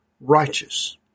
righteous